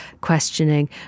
questioning